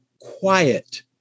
quiet